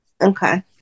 Okay